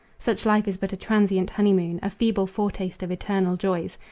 such life is but a transient honeymoon, a feeble foretaste of eternal joys.